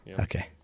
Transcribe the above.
Okay